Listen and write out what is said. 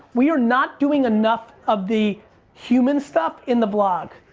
we are not doing enough of the human stuff in the vlog.